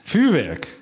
Vuurwerk